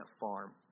farm